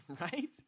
Right